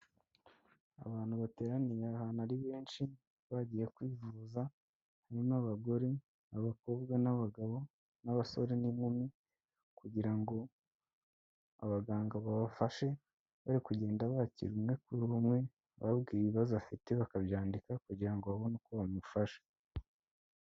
Abantu bateraniye ahantu ari benshi bagiye kwivuza harimo abagore, abakobwa n'abagabo n'abasore n'inkumi kugira ngo abaganga babafashe, bari kugenda bakirira umwe kuri umwe ababwiye ibibazo afite bakabyandika kugira ngo babone uko bamufasha.